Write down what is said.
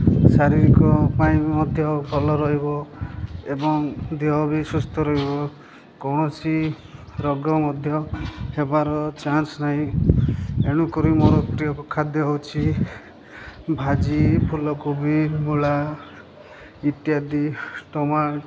ଶାରୀରିକ ପାଇଁ ମଧ୍ୟ ଭଲ ରହିବ ଏବଂ ଦେହ ବି ସୁସ୍ଥ ରହିବ କୌଣସି ରୋଗ ମଧ୍ୟ ହେବାର ଚାନ୍ସ୍ ନାହିଁ ଏଣୁକରି ମୋର ପ୍ରିୟ ଖାଦ୍ୟ ହେଉଛିି ଭାଜି ଫୁଲକୋବି ମୂଳା ଇତ୍ୟାଦି ଟମାଟୋ